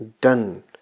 done